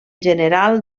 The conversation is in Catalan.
general